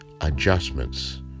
adjustments